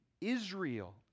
Israel